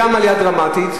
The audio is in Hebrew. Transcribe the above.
גם עלייה דרמטית,